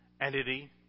entity